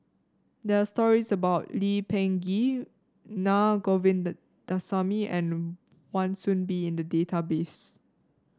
there are stories about Lee Peh Gee Naa and Wan Soon Bee in the database